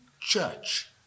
church